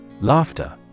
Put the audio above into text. Laughter